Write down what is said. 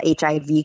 HIV